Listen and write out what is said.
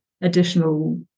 additional